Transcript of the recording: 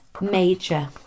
Major